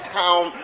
town